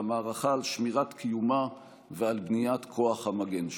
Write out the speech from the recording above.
במערכה על שמירת קיומה ועל בניית כוח המגן שלה.